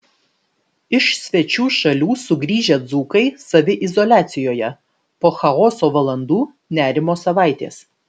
iš svečių šalių sugrįžę dzūkai saviizoliacijoje po chaoso valandų nerimo savaitės